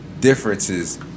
differences